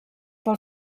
pel